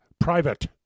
private